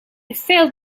failed